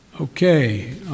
Okay